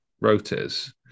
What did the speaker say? rotors